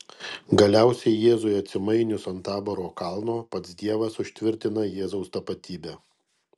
galiausiai jėzui atsimainius ant taboro kalno pats dievas užtvirtina jėzaus tapatybę